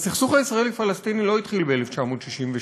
הסכסוך הישראלי פלסטיני לא התחיל ב-1967,